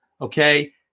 Okay